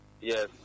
Yes